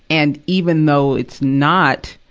and even though it's not,